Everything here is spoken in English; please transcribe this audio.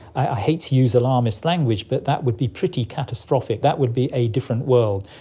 i hate to use alarmist language, but that would be pretty catastrophic, that would be a different world.